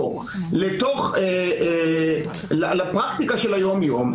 אני כבר אומר שאין טעם בשימוע,